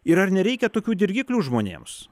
ir ar nereikia tokių dirgiklių žmonėms